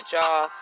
y'all